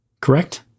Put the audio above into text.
Correct